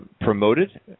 promoted